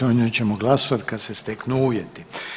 O njoj ćemo glasovat kad se steknu uvjeti.